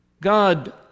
God